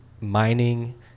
mining